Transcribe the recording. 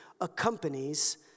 accompanies